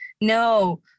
No